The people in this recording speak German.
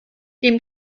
dem